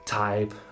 type